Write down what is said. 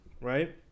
Right